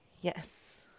Yes